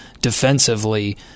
defensively